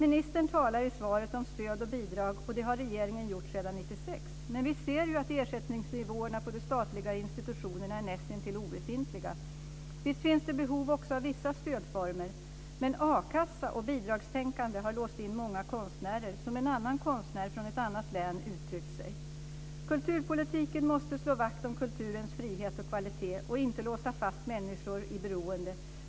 Ministern talar i svaret om stöd och bidrag, och det har regeringen gjort sedan 1996, men vi ser ju att ersättningsnivåerna på de statliga institutionerna är näst intill obefintliga. Visst finns det behov också av vissa stödformer. Men a-kassa och bidragstänkande har låst in många konstnärer, som en annan konstnär från ett annat län uttryckt sig. Kulturpolitiken måste slå vakt om kulturens frihet och kvalitet och inte låsa fast människor i beroende.